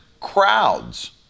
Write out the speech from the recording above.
crowds